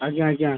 ଆଜ୍ଞା ଆଜ୍ଞା